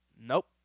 Nope